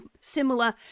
similar